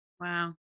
Wow